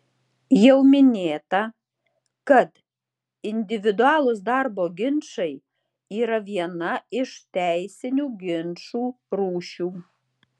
jau minėta kad individualūs darbo ginčai yra viena iš teisinių ginčų rūšių